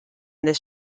this